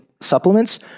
supplements